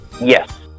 Yes